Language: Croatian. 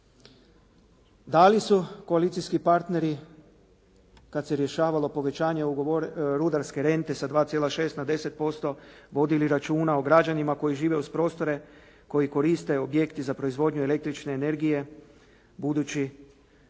Da li su koalicijski partneri kad se rješavalo povećanje rudarske rente sa 2,6 na 10% vodili računa o građanima koji žive uz prostore koje koriste objekti za proizvodnju električne energije budući